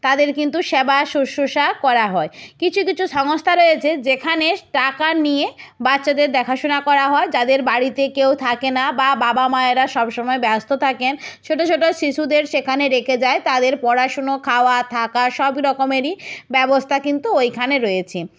তাদের কিন্তু সেবা শুশ্রূষা করা হয় কিছু কিছু সংস্থা রয়েছে যেখানে টাকা নিয়ে বাচ্চাদের দেখাশোনা করা হয় যাদের বাড়িতে কেউ থাকে না বা বাবা মায়েরা সব সময় ব্যস্ত থাকেন ছোট ছোট শিশুদের সেখানে রেখে যায় তাদের পড়াশোনা খাওয়া থাকা সব রকমেরই ব্যবস্থা কিন্তু ওইখানে রয়েছে